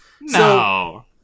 No